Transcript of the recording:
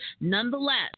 Nonetheless